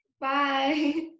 Bye